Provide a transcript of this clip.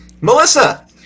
Melissa